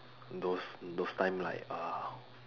those those time like uh